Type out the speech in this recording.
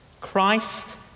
Christ